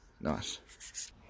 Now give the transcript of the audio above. Nice